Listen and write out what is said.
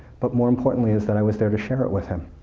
but more importantly is that i was there to share it with him.